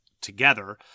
together